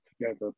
together